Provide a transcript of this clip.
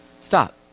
Stop